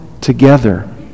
together